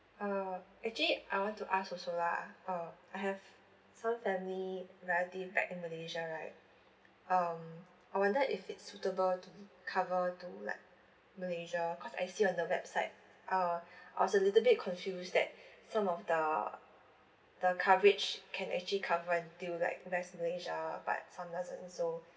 uh actually I want to ask also lah uh I have some family relative back in malaysia right um I wonder if it's suitable to cover to like malaysia cause I see on the website uh I was a little bit confused that some of the the coverage can actually cover until like west malaysia but some doesn't so